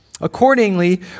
Accordingly